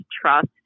trust